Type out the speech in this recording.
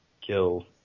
kill